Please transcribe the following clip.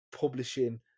publishing